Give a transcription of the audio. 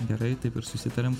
gerai taip ir susitariam